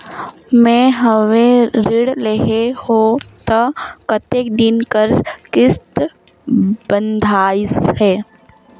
मैं हवे ऋण लेहे हों त कतेक दिन कर किस्त बंधाइस हे?